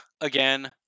again